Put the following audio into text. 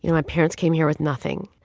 you know my parents came here with nothing.